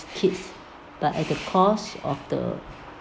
kids but at the cost of the